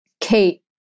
Kate